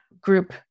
group